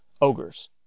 ogres